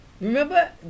Remember